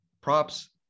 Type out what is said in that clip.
props